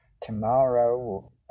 tomorrow